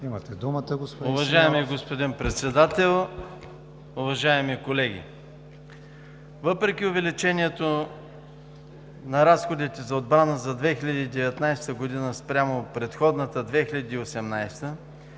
Имате думата, господин Симеонов.